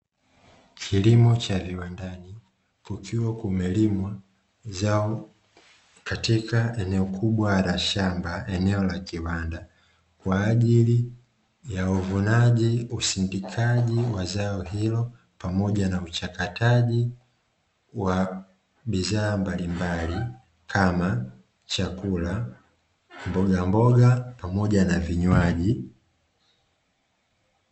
Kilimo cha viwandani kukiwa kumelimwa zao katika eneo kubwa la shamba eneo la kiwanda kwa ajili ya uvunaji, usindikaji wa zao hilo pamoja na uchakataji wa bidhaa mbalimbali kama chakula, mboga mboga pamoja na vinywaji.